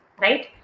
right